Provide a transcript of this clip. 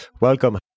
welcome